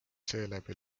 seeläbi